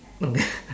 okay